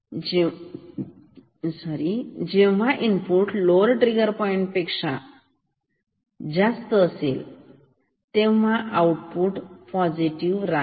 जेव्हा input lower trigger पॉईंटपेक्षा तेव्हा आऊट तसेच पॉझिटिव्ह राहील